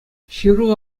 ҫыру